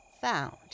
found